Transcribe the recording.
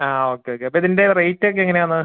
ആ okay okay അപ്പം ഇതിൻ്റെ റേറ്റ് ഒക്കെ എങ്ങനെയാണ്